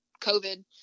covid